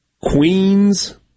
Queens